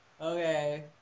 okay